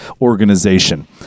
organization